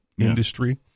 industry